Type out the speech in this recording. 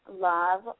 love